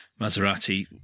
Maserati